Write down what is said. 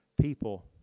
people